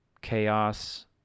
chaos